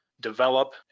develop